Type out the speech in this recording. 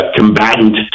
combatant